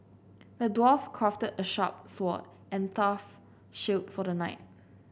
the dwarf crafted a sharp sword and tough shield for the knight